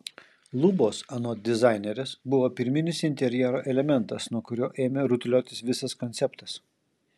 lubos anot dizainerės buvo pirminis interjero elementas nuo kurio ėmė rutuliotis visas konceptas